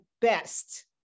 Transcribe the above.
best